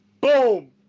Boom